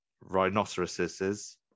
rhinoceroses